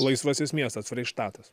laisvasis miestas freištatas